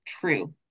true